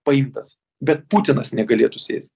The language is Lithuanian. paimtas bet putinas negalėtų sėst